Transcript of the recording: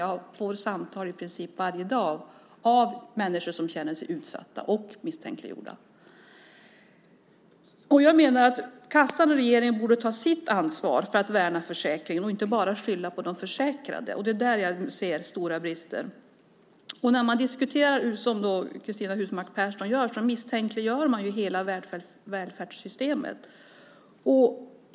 Jag får samtal i princip varje dag av människor som känner sig utsatta och misstänkliggjorda. Kassan och regeringen borde ta sitt ansvar för att värna försäkringen, inte bara skylla på de försäkrade. Det är där jag ser stora brister. När man diskuterar så som Cristina Husmark Pehrsson gör misstänkliggör man hela välfärdssystemet.